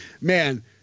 man